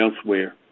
elsewhere